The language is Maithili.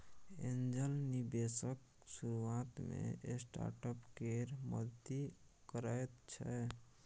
एंजल निबेशक शुरुआत मे स्टार्टअप केर मदति करैत छै